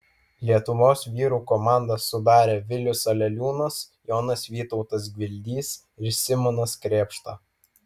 lietuvos vyrų komandą sudarė vilius aleliūnas jonas vytautas gvildys ir simonas krėpšta